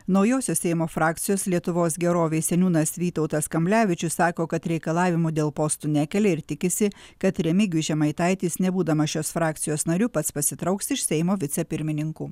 naujosios seimo frakcijos lietuvos gerovei seniūnas vytautas kamblevičius sako kad reikalavimų dėl postų nekelia ir tikisi kad remigijus žemaitaitis nebūdamas šios frakcijos nariu pats pasitrauks iš seimo vicepirmininkų